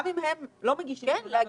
גם אם הם לא מגישים תלונה למח"ש,